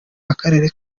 akarere